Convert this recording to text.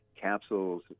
capsules